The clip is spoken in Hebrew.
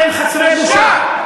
אתם חסרי בושה.